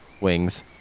wings